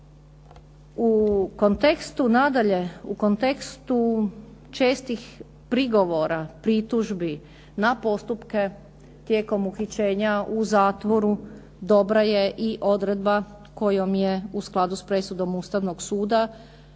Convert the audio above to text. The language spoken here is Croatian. u kontekstu čestih prigovora, pritužbi na postupke tijekom uhićenja u zatvoru dobra je i odredba kojom je u skladu s presudom Ustavnog suda